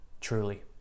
Truly